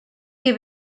que